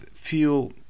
feel